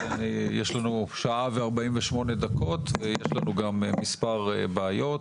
כי יש לנו שעה ו-48 דקות ויש לנו גם מספר בעיות.